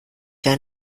wäre